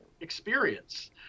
experience